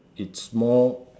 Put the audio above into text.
it's more